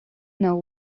know